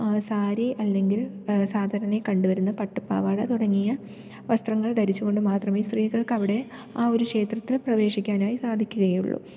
സാരി അല്ലെങ്കിൽ സാധാരണയായി കണ്ടുവരുന്ന പട്ട്പ്പാവാട തുടങ്ങിയ വസ്ത്രങ്ങൾ ധരിച്ചു കൊണ്ട് മാത്രമെ സ്ത്രീകള്ക് അവിടെ ആയൊരു ക്ഷേത്രത്തിൽ പ്രവേശിക്കാനായി സാധിക്കുകയുള്ളു